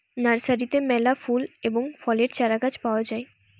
নার্সারিতে মেলা ফুল এবং ফলের চারাগাছ পাওয়া যায়